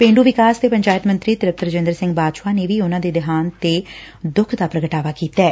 ਪੇਛ ਵਿਕਾਸ ਅਤੇ ਪੰਚਾਇਤ ਮੰਤਰੀ ਤ੍ਰਿਪਤ ਰਜਿੰਦਰ ਸਿੰਘ ਬਾਜਵਾ ਨੇ ਵੀ ਉਨਾਂ ਦੇ ਦੇਹਾਂਤ ਤੇ ਦੁੱਖ ਦਾ ਪੁਗਟਾਵਾ ਕੀਤੈ